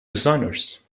designers